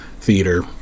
Theater